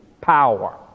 power